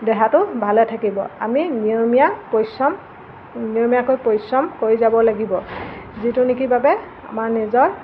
দেহাটো ভালে থাকিব আমি নিয়মীয়া পৰিশ্ৰম নিয়মীয়াকৈ পৰিশ্ৰম কৰি যাব লাগিব যিটো নেকি বাবে আমাৰ নিজৰ